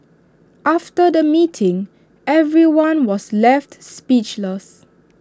after the meeting everyone was left speechless